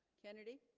kennedy